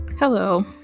Hello